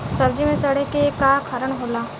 सब्जी में सड़े के का कारण होला?